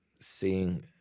seeing